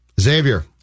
Xavier